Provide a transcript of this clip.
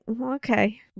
okay